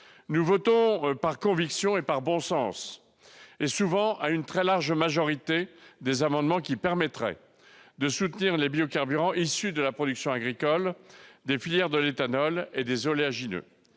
nous votons par conviction et par bon sens, souvent à une très large majorité, des amendements visant à soutenir les biocarburants issus de la production agricole, des filières de l'éthanol et des oléagineux.